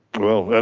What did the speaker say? well, and